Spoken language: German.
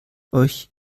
euch